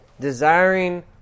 desiring